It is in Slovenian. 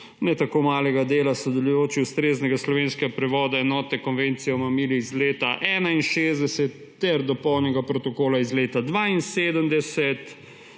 ne tako malega dela sodelujočih, ustreznega slovenskega prevoda Enotne konvencije o mamilih iz leta 1961 ter dopolnjenega Protokola iz leta